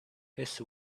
his